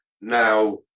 now